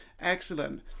Excellent